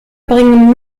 bringen